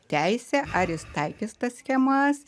teisė ar jis taikys tas schemas